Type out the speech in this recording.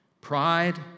Pride